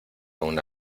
una